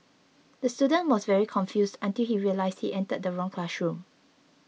the student was very confused until he realised he entered the wrong classroom